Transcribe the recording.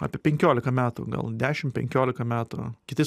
apie penkiolika metų gal dešim penkiolika metų kitais